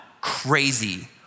crazy